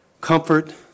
comfort